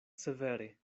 severe